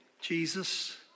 Jesus